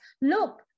look